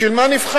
בשביל מה נבחרתי?